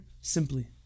simply